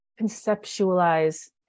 conceptualize